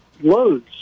loads